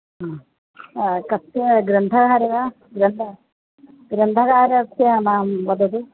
कस्य ग्रन्थकारे वा ग्रन्थः ग्रन्थकारस्य नाम वदतु